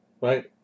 right